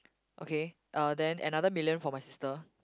okay uh then another million for my sister